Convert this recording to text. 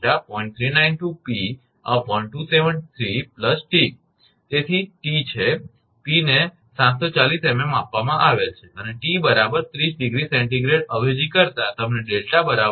તેથી t છે 𝑝 ને 740 𝑚𝑚 આપવામાં આવેલ છે અને 𝑡 30° 𝐶 અવેજી કરતાં તમને 𝛿 0